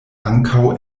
ankaŭ